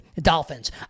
Dolphins